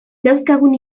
dauzkagun